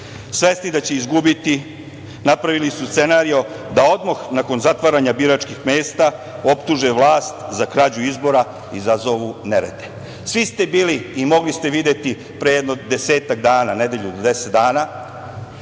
Svesni da će izgubiti, napravili su scenario da odmah, nakon zatvaranja biračkih mesta, optuže vlast za krađu izbora, izazovu nerede. Svi ste bili i mogli ste videti pre jedno desetak dana, nedelju ili deset dana,